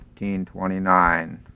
1529